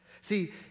See